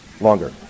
longer